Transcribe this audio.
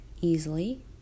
easily